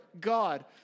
God